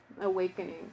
awakening